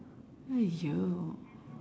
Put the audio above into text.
!aiyo!